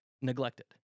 neglected